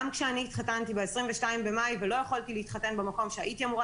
אני התחתנתי ב-22 במאי ולא יכולתי להתחתן במקום שהייתי אמורה